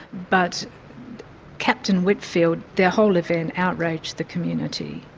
but captain whitfield, the whole event outraged the community,